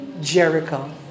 Jericho